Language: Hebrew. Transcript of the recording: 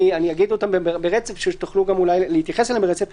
אני אשאל אותן ברצף כדי שתוכלו להתייחס אליהן ברצף.